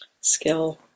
skill